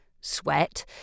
sweat